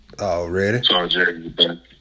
Already